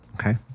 okay